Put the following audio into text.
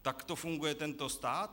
Takto funguje tento stát?